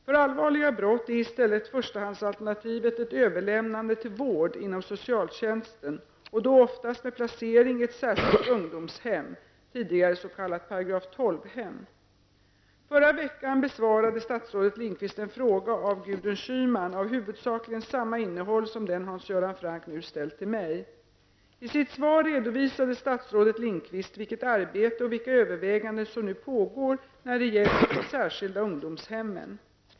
För allvarliga brott är i stället förstahandsalternativet ett överlämnande till vård inom socialtjänsten och då oftast med placering i ett särskilt ungdomshem, tidigare s.k. § 12-hem. Förra veckan besvarade statsrådet Lindqvist en fråga av Gudrun Schyman av huvudsakligen samma innehåll som den Hans Göran Franck nu ställt till mig. I sitt svar redovisade statsrådet Lindqvist vilket arbete och vilka överväganden som nu pågår när det gäller de särskilda ungdomshemmen.